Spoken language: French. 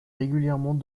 régulièrement